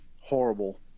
horrible